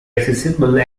accessible